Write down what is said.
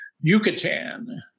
Yucatan